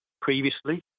previously